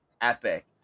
epic